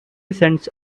cents